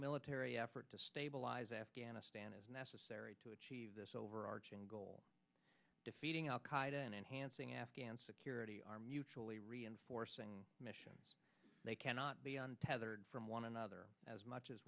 military effort to stabilize afghanistan is necessary to achieve this overarching goal defeating al qaida and enhancing afghan security are mutually reinforcing missions they cannot be untethered from one another as much as